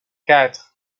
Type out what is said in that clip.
quatre